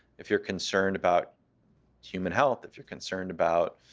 if you're concerned about human health, if you're concerned about